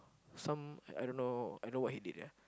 some I don't know I know what he did ya